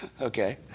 Okay